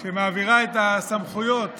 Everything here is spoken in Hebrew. שמעבירה את הסמכויות